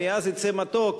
מעז יצא מתוק,